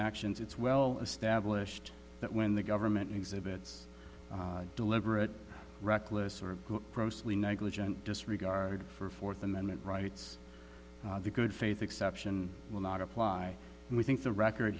actions it's well established that when the government exhibits deliberate reckless or grossly negligent disregard for fourth amendment rights the good faith exception will not apply and we think the record